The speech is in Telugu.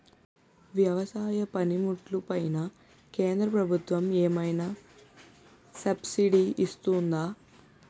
వ్యవసాయ పనిముట్లు పైన కేంద్రప్రభుత్వం ఏమైనా సబ్సిడీ ఇస్తుందా?